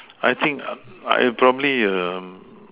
I think I I probably err